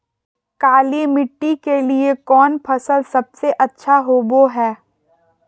काली मिट्टी के लिए कौन फसल सब से अच्छा होबो हाय?